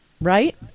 right